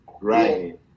Right